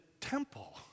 temple